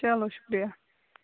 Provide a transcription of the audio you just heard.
چلو شُکریہ